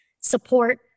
support